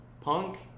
Punk